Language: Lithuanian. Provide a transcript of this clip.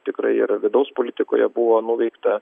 tikrai ir vidaus politikoje buvo nuveikta